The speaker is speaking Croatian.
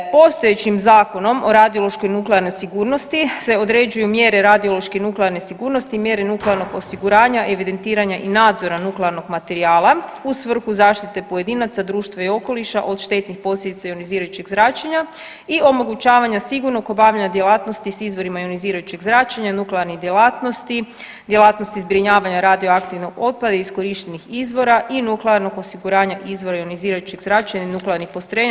Postojećim zakonom o radiološkoj nuklearnoj sigurnosti se određuju mjere radiološke nuklearne sigurnosti, mjere nuklearnog osiguranja, evidentiranja i nadzora nuklearnog materijala u svrhu zaštite pojedinaca, društva i okoliša od štetnih posljedica ionizirajućeg zračenja i omogućavanja sigurnog obavljanja djelatnosti s izvorima ionizirajućeg zračenja, nuklearnih djelatnosti, djelatnosti zbrinjavanja radioaktivnog otpada, iskorištenih izvora i nuklearnog osiguranja izvora ionizirajućeg zračenja, nuklearnih postrojenja.